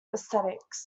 aesthetics